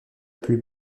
plus